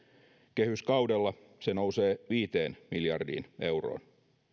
kehyskaudella se nousee viiteen miljardiin euroon